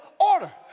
order